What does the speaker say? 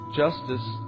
justice